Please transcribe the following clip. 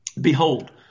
Behold